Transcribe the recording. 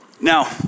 Now